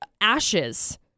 ashes